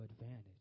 advantage